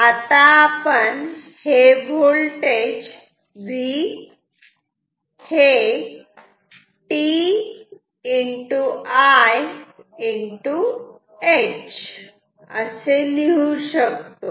आता आपण हे voltage V t I H असे लिहू शकतो